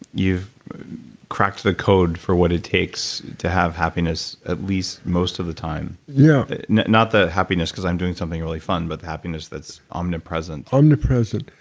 you've cracked the code for what it takes to have happiness at least most of the time yeah not that happiness because i'm doing something really fun, but the happiness that's omnipresent omnipresent.